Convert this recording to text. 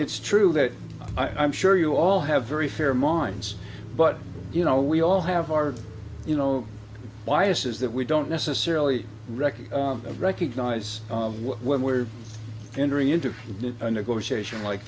it's true that i'm sure you all have very fair minds but you know we all have our you know why is that we don't necessarily record of recognize when we're entering into a negotiation like